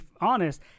honest